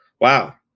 Wow